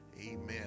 Amen